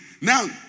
Now